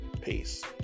Peace